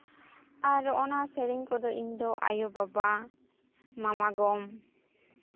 ᱟᱨ ᱚᱱᱟ ᱥᱮᱨᱮᱧ ᱠᱚᱫᱚ ᱤᱧ ᱫᱚ ᱟᱭᱳᱼᱵᱟᱵᱟ ᱢᱟᱢᱟ ᱜᱚ